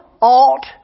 alt